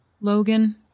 Logan